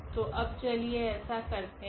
तो अब चलिए ऐसा करते है